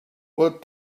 what